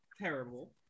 terrible